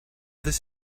this